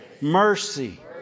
mercy